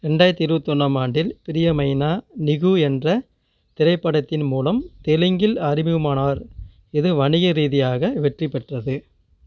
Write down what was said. ரெண்டாயிரத்தி இருபத்தொன்னாம் ஆண்டில் பிரியமைனா நீகு என்ற திரைப்படத்தின் மூலம் தெலுங்கில் அறிமுகமானார் இது வணிக ரீதியாக வெற்றி பெற்றது